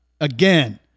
Again